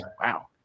Wow